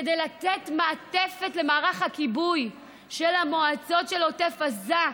כדי לתת מעטפת למערך הכיבוי של המועצות של עוטף עזה,